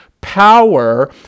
power